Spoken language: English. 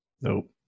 Nope